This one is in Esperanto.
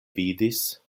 vidis